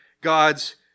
God's